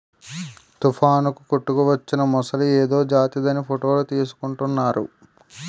తుఫానుకు కొట్టుకువచ్చిన మొసలి ఏదో జాతిదని ఫోటోలు తీసుకుంటున్నారు